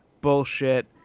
bullshit